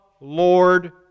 Lord